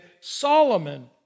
Solomon